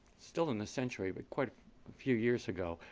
still in this century, but quite a few years ago,